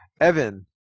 Evan